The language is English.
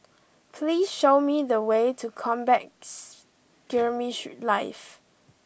please show me the way to Combat Skirmish Live